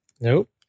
Nope